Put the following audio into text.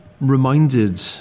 reminded